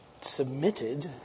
submitted